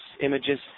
images